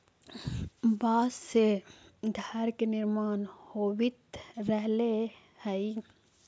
बाँस से घर के निर्माण होवित रहले हई